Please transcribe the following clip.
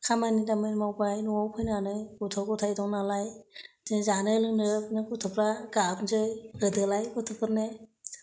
खामानि दामानि मावबाय न'वाव फैनानै गथ' गथाय दं नालाय जानो लोंनो गथ'फ्रा गाबसै होदोलाय गथ'फोरनो